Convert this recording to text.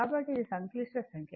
కాబట్టి ఇది సంక్లిష్ట సంఖ్య